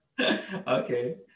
Okay